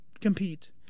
compete